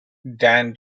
dan